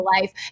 life